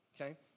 okay